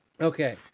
Okay